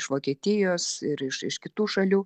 iš vokietijos ir iš iš kitų šalių